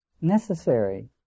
necessary